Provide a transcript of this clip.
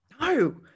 No